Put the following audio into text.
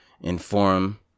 inform